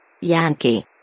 Yankee